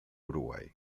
uruguay